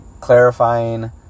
clarifying